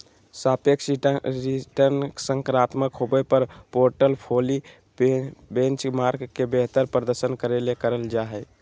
सापेक्ष रिटर्नसकारात्मक होबो पर पोर्टफोली बेंचमार्क से बेहतर प्रदर्शन करे ले करल जा हइ